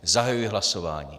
Zahajuji hlasování.